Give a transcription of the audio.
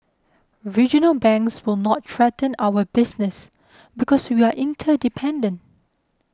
regional banks will not threaten our business because we are interdependent